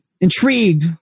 Intrigued